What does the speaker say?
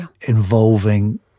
involving